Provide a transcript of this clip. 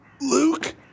Luke